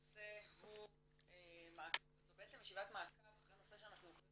זו בעצם ישיבת מעקב אחרי נושא שאנחנו עוקבים